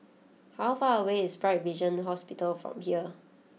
how far away is Bright Vision Hospital from here